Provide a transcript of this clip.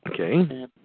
Okay